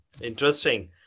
Interesting